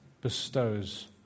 bestows